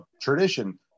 tradition